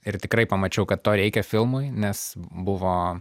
ir tikrai pamačiau kad to reikia filmui nes buvo